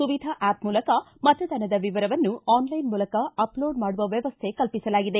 Suvidha app ಮೂಲಕ ಮತದಾನದ ವಿವರವನ್ನು ಆನ್ಲೈನ್ ಮೂಲಕ ಅಪ್ಲೋಡ್ ಮಾಡುವ ವ್ಯವಸ್ಥೆ ಕಲ್ಪಿಸಲಾಗಿದೆ